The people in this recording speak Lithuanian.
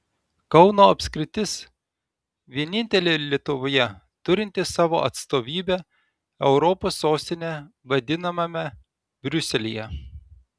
kauno apskritis vienintelė lietuvoje turinti savo atstovybę europos sostine vadinamame briuselyje